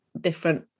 different